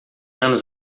anos